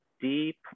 deep